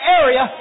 area